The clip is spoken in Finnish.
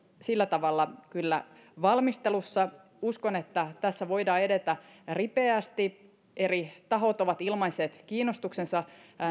sillä tavalla kyllä valmistelussa uskon että tässä voidaan edetä ripeästi eri tahot ovat ilmaisseet kiinnostuksensa